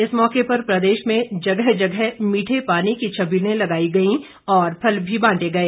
इस मौके पर प्रदेश में जगह जगह मीठे पानी की छबीले लगाई गई और फल भी बांटे गए